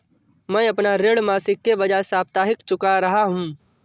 मैं अपना ऋण मासिक के बजाय साप्ताहिक चुका रहा हूँ